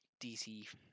DC